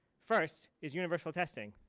first is universal testing.